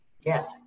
yes